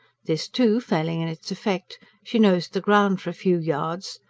this, too, failing in its effect, she nosed the ground for a few yards,